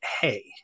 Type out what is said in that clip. hey